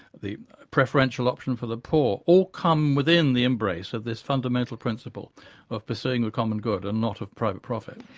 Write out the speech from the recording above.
the preferential option for the poor, all come within the embrace of this fundamental principle of pursuing the common good and not of private profit.